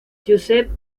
joseph